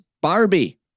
Barbie